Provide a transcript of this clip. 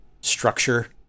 structure